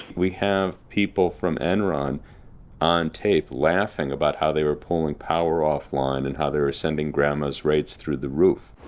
we have people from enron on tapes laughing. about how they were pulling power off line. and how they were sending grandma's rates through the roof.